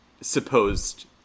supposed